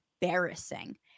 embarrassing